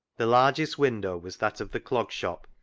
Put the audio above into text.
the largest window was that of the clog shop,